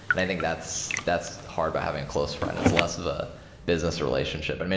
and i think that's that's hard by having a close friend. it's less of a business relationship. but